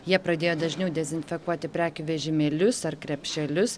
jie pradėjo dažniau dezinfekuoti prekių vežimėlius ar krepšelius